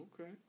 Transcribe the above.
Okay